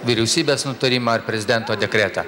vyriausybės nutarimą ar prezidento dekretą